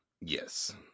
Yes